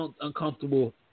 Uncomfortable